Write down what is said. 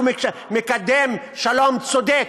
שהוא מקדם שלום צודק.